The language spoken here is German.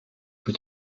für